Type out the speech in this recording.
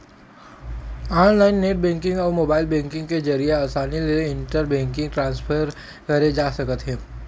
online net banking अउ mobile banking के जरिए असानी ले इंटर बेंकिंग ट्रांसफर करे जा सकत हे